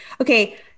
Okay